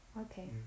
okay